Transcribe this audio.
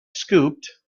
scooped